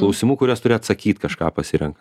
klausimų kuriuos turi atsakyt kažką pasirenka